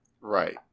Right